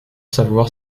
savoir